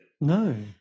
No